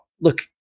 look